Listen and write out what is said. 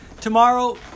Tomorrow